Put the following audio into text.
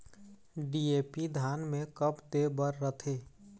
DAP धान मे कब दे बर रथे?